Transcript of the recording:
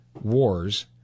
wars